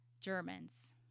Germans